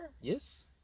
Yes